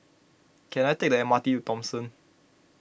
can I take the M R T to Thomson